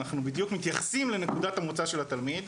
אנחנו בדיוק מתייחסים לנקודת המוצא של התלמיד,